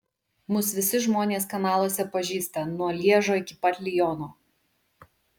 mus visi žmonės kanaluose pažįsta nuo lježo iki pat liono